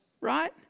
right